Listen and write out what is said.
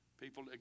People